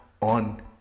on